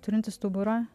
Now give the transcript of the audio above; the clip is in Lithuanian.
turintis stuburą